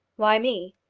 why me?